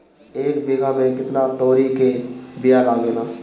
एक बिगहा में केतना तोरी के बिया लागेला?